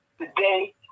today